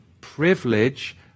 privilege